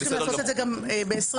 תעשו את זה גם לגבי עובדי שירות.